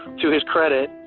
to his credit,